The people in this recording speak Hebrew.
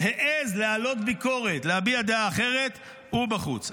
שהעז להעלות ביקורת, להביע דעה אחרת, הוא בחוץ.